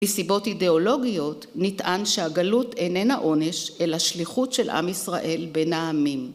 בסיבות אידאולוגיות נטען שהגלות איננה עונש אלא שליחות של עם ישראל בין העמים.